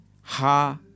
ha